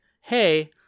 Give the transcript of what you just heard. Hey